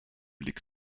liegt